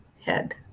head